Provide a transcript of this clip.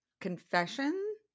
confession